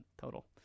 total